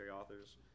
authors